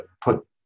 put